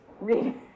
read